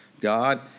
God